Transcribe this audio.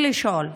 משה אבוטבול (ש"ס):